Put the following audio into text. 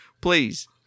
Please